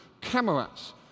cameras